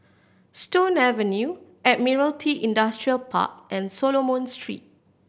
Stone Avenue Admiralty Industrial Park and Solomon Street